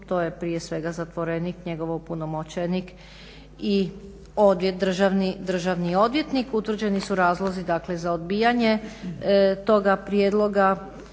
to je prije svega zatvorenik, njegov opunomoćenik i državni odvjetnik. državni odvjetnik, utvrđeni su razlozi dakle za odbijanje toga prijedloga,